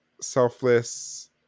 selfless